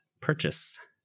purchase